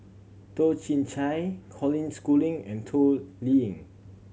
Toh Chin Chye Colin Schooling and Toh Liying